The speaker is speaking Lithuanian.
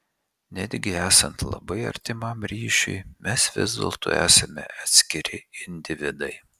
netgi esant labai artimam ryšiui mes vis dėlto esame atskiri individai